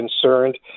concerned